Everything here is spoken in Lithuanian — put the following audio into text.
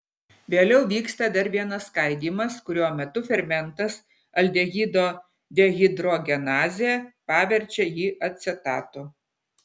vėliau vyksta dar vienas skaidymas kurio metu fermentas aldehido dehidrogenazė paverčia jį acetatu